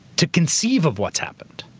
to conceive of what's happened.